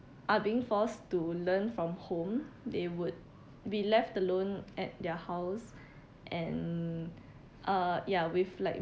are being forced to learn from home they would be left alone at their house and uh ya with like